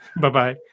Bye-bye